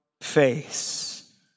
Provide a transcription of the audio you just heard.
face